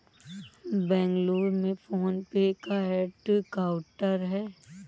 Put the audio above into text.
बेंगलुरु में PhonePe का headquarter हैं